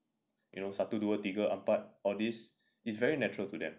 you know satu dua tiga empat all this is very natural to them